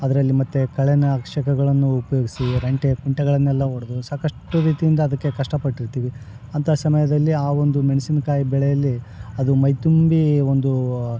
ಅದರಲ್ಲಿ ಮತ್ತು ಕಳೆನಾಶಕಗಳನ್ನು ಉಪಯೋಗಿಸಿ ರಂಟೆ ಕುಂಟೆಗಳನ್ನೆಲ್ಲ ಹೊಡ್ದು ಸಾಕಷ್ಟು ರೀತಿಯಿಂದ ಅದಕ್ಕೆ ಕಷ್ಟ ಪಟ್ಟಿರ್ತೀವಿ ಅಂತಹ ಸಮಯದಲ್ಲಿ ಆ ಒಂದು ಮೆಣ್ಸಿನಕಾಯಿ ಬೆಳೆಯಲ್ಲಿ ಅದು ಮೈ ತುಂಬಿ ಒಂದು